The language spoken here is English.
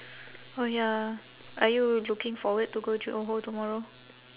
orh ya are you looking forward to go johor tomorrow